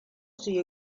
siguió